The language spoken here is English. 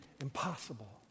impossible